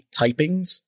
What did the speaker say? typings